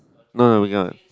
no no we cannot